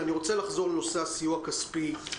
אני רוצה לחזור לנושא הסיוע הכספי.